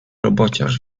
robociarz